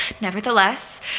nevertheless